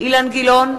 אילן גילאון,